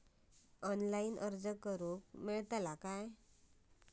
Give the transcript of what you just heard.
Online अर्ज करूक मेलता काय?